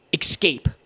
escape